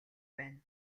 байна